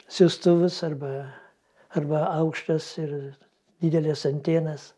siųstuvus arba arba aukštas ir didelės antenas